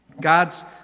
God's